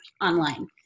online